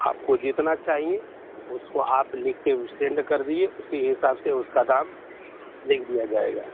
آپ کو جتنا چاہیے اس کو آپ لکھ کے سینڈ کر دیجیے اسی حساب سے اس کا دام لکھ دیا جائے گا